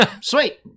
Sweet